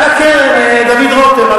על הקרן, דוד רותם.